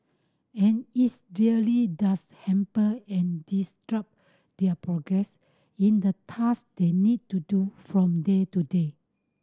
and it's really does hamper and disrupt their progress in the task they need to do from day to day